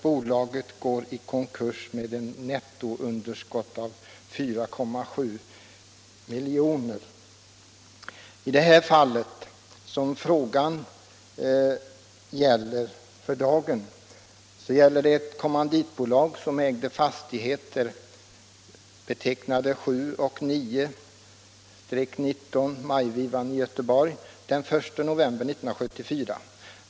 Bolaget gick sedan i konkurs med ett nettounderskott på 4,7 milj.kr. Det fall som min fråga gäller avser ett kommanditbolag som den 1 november 1974 ägde fastigheterna 7 och 9:19 Majvivan.